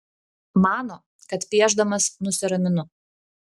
mano kad piešdamas nusiraminu